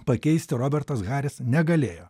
pakeisti robertas haris negalėjo